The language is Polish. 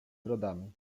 brodami